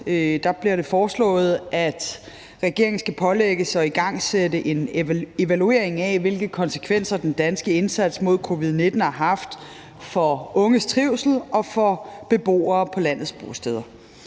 bliver det foreslået, at regeringen skal pålægges at igangsætte en evaluering af, hvilke konsekvenser den danske indsats mod covid-19 har haft for unges trivsel og for beboere på landets bosteder.